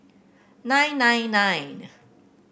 nine nine nine